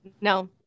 No